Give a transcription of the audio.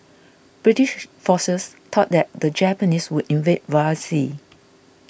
British forces thought that the Japanese would invade via sea